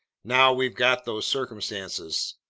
now we've got those circumstances.